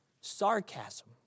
sarcasm